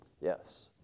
yes